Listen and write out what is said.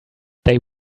they